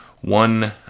one